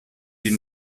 die